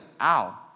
ow